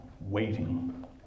waiting